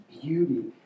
beauty